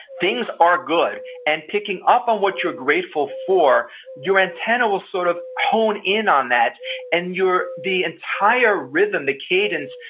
things are good, and picking up on what your grateful for your antenna will sort of hone in on that and the entire rhythm, the cadence,